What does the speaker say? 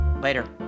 later